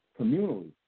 communally